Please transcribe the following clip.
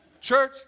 Church